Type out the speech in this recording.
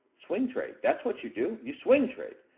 swing trade, that's what you do. you swing trade.